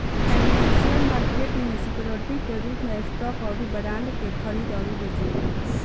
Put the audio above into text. financial market में security के रूप में स्टॉक अउरी बॉन्ड के खरीदल अउरी बेचल जाला